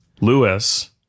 Lewis